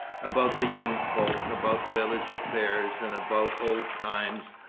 about the young folk, about village affairs, and about old times,